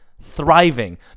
Thriving